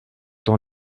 dans